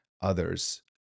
others